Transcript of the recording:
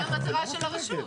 אבל זאת המטרה של הרשות.